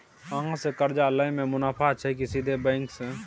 अहाँ से कर्जा लय में मुनाफा छै की सीधे बैंक से?